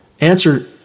Answer